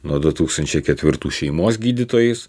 nuo du tūkstančiai ketvirtų šeimos gydytojais